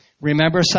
Remember